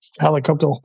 helicopter